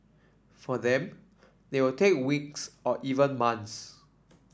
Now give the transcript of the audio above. for them they will take weeks or even months